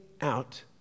out